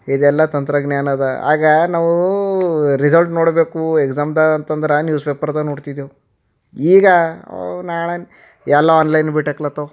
ಇದೆಲ್ಲ ತಂತ್ರಜ್ಞಾನದ ಆಗ ನಾವು ರಿಸಲ್ಟ್ ನೋಡಬೇಕು ಎಕ್ಸಾಮ್ದು ಅಂತಂದ್ರೆ ನ್ಯೂಸ್ ಪೇಪರ್ದಾಗ ನೋಡ್ತಿದ್ದೆವು ಈಗ ಅವ್ನಾಳನ್ ಎಲ್ಲ ಆನ್ಲೈನ್ ಬಿಟ್ಟಕ್ಲತ್ತವು